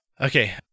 okay